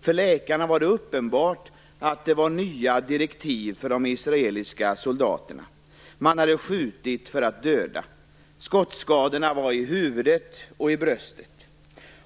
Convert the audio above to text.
För läkarna var det uppenbart att nya direktiv gällde för de israeliska soldaterna. Man hade skjutit för att döda. Skottskadorna fanns i huvudet och i bröstet.